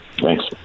Thanks